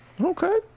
Okay